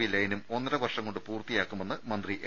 V ലൈനും ഒന്നരവർഷം കൊണ്ട് പൂർത്തിയാ ക്കുമെന്ന് മന്ത്രി എം